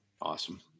Awesome